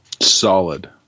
Solid